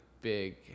big